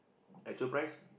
actual price